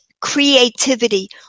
creativity